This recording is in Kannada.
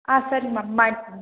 ಹಾಂ ಸರಿ ಮಮ್ ಮಾಡ್ತೀನಿ